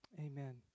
Amen